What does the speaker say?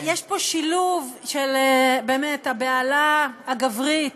יש פה שילוב של הבהלה הגברית,